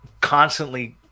constantly